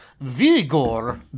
Vigor